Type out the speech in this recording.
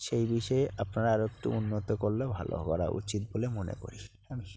সেই বিষয়ে আপনারা আরেকটু উন্নত করলে ভালো করা উচিত বলে মনে করি আমি